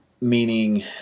Meaning